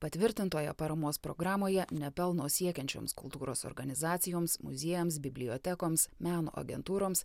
patvirtintoje paramos programoje nepelno siekiančioms kultūros organizacijoms muziejams bibliotekoms meno agentūroms